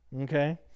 okay